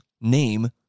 name